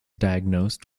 diagnosed